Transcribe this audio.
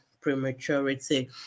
prematurity